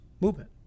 movement